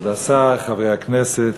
כבוד השר, חברי הכנסת,